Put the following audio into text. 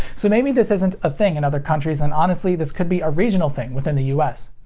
so maybe this isn't a thing in other countries, and honestly this could be a regional thing within the us.